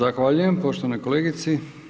Zahvaljujem poštovanoj kolegici.